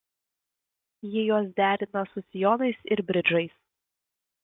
ji juos derina su sijonais ir bridžais